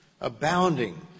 abounding